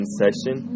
session